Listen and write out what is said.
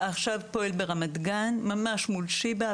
עכשיו הוא פועל ברמת גן ממש מול שיבא.